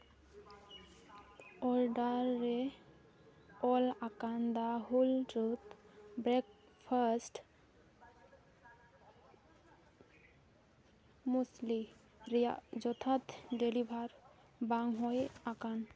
order ᱨᱮ ᱚᱞ ᱟᱠᱟᱱ ᱫᱟ ᱦᱳᱞ ᱴᱨᱩᱛᱷ ᱵᱨᱮᱠᱯᱷᱟᱥᱴ ᱢᱩᱥᱞᱤ ᱨᱮᱭᱟᱜ ᱡᱚᱛᱷᱟᱛ ᱰᱮᱞᱤᱵᱷᱟᱨ ᱵᱟᱝ ᱦᱩᱭ ᱟᱠᱟᱱ